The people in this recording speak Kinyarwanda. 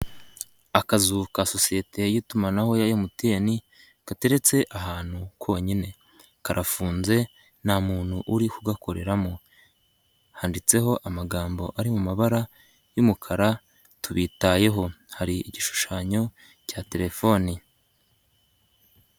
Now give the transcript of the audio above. Akazu ka sosiyete y'itumanaho ya MTN,gateretse ahantu konyine. Karafunze nta muntu uri kugakoreramo. Handitseho amagambo ari mu mabara y'umukara tubitayeho, hari igishushanyo cya telefoni.